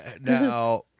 now